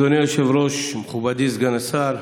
אדוני היושב-ראש, מכובדי סגן השר,